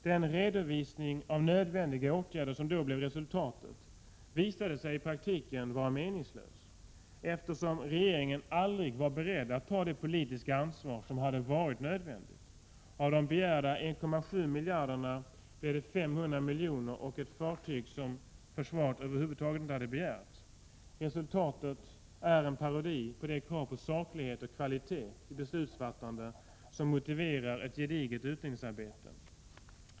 Den redovisning av nödvändiga åtgärder som blev resultatet därav visade sig i praktiken vara meningslös, eftersom regeringen aldrig var beredd att ta det politiska ansvar som hade varit nödvändigt. Av de begärda 1,7 miljarderna blev det 500 miljoner och ett fartyg som försvaret över huvud taget inte hade begärt. Resultatet är en parodi på det krav på saklighet och kvalitet i beslutsfattandet som motiverar ett gediget utredningsarbete.